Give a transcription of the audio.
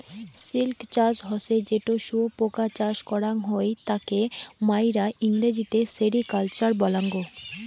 silk চাষ হসে যেটো শুয়োপোকা চাষ করাং হই তাকে মাইরা ইংরেজিতে সেরিকালচার বলাঙ্গ